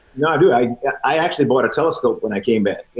no, i do. i. i actually bought a telescope when i came back.